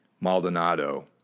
Maldonado